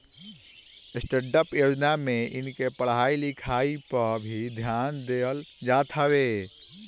stand up योजना में इनके पढ़ाई लिखाई पअ भी ध्यान देहल जात हवे